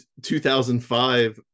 2005